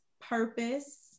purpose